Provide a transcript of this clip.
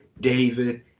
David